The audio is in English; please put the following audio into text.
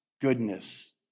goodness